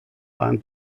beim